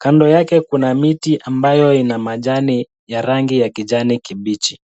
Kando yake kuna miti ambayo ina majani ya rangi ya kijani kibichi.